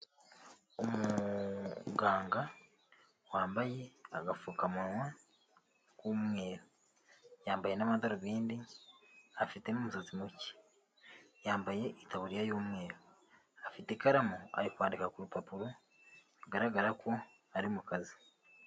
Umuganga wambaye agapfukamunwa k'umweru, yambaye n'amadarubindi afite n'umusatsi muke, yambaye itaburiya y'umweru, afite ikaramu ari kwandika ku rupapuro bigaragara ko ari mu kazi.